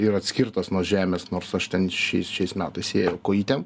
ir atskirtas nuo žemės nors aš ten šiais šiais metais ėjau kojytėm